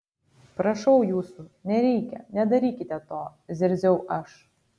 prašau jūsų nereikia nedarykite to zirziau aš